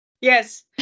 Yes